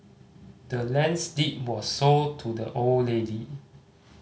the land's deed was sold to the old lady